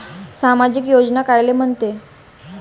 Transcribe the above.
सामाजिक योजना कायले म्हंते?